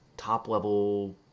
top-level